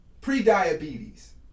pre-diabetes